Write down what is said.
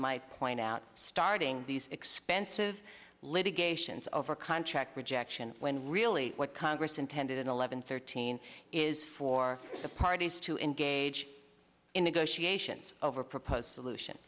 might point out starting these expensive litigation over contract rejection when really what congress intended in eleven thirteen is for the parties to engage in negotiations over a proposed solution